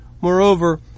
Moreover